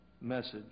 message